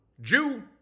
Jew